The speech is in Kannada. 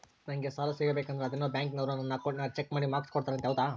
ನಂಗೆ ಸಾಲ ಸಿಗಬೇಕಂದರ ಅದೇನೋ ಬ್ಯಾಂಕನವರು ನನ್ನ ಅಕೌಂಟನ್ನ ಚೆಕ್ ಮಾಡಿ ಮಾರ್ಕ್ಸ್ ಕೊಡ್ತಾರಂತೆ ಹೌದಾ?